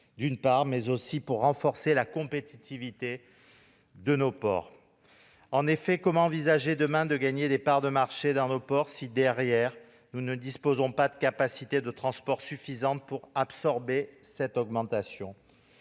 marchandises mais aussi pour renforcer la compétitivité de nos ports. En effet, comment envisager demain de gagner des parts de marché dans nos ports si, derrière, nous ne disposons pas des capacités de transport suffisantes pour absorber cette augmentation ?